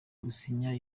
gusinya